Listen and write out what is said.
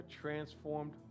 transformed